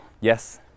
Yes